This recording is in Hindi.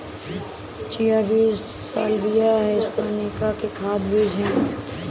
चिया बीज साल्विया हिस्पैनिका के खाद्य बीज हैं